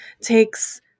takes